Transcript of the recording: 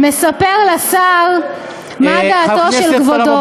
מספר לשר מה דעתו של כבודו"